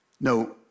No